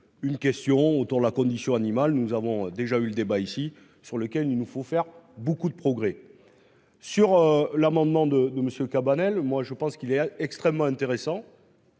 Une question autour de la condition animale, nous avons déjà eu le débat ici sur lequel il nous faut faire beaucoup de progrès. Sur l'amendement de de monsieur Cabanel, moi je pense qu'il est extrêmement intéressant.